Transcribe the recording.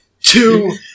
two